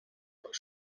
but